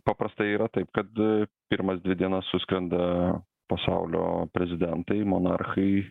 paprastai yra taip kad pirmas dvi dienas suskrenda pasaulio prezidentai monarchai